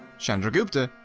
chandragupta,